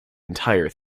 entire